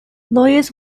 lawyers